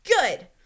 Good